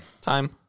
Time